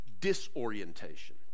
disorientation